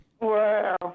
Wow